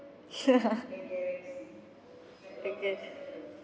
okay